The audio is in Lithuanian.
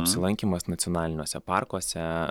apsilankymas nacionaliniuose parkuose